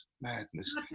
madness